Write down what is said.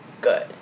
good